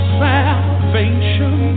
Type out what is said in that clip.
salvation